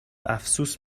افسوس